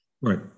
Right